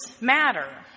matter